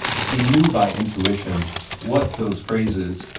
he knew by intuition what those phrases,